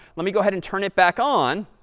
let me go ahead and turn it back on,